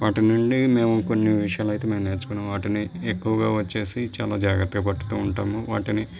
వాటి నుండి మేము కొన్ని విషయాలు అయితే మేము నేర్చుకున్నాం వాటిని ఎక్కువగా వచ్చి చాలా జాగ్రత్తగా పడుతు ఉంటాము వాటిని